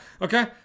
Okay